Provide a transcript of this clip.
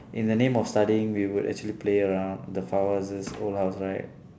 in the name of studying we would actually play around the houses old house right